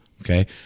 Okay